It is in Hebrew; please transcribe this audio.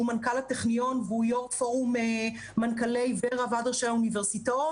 שהוא מנכ"ל הטכניון והוא יושב-ראש פורום מנכ"לי ועד ראשי האוניברסיטאות.